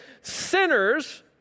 sinners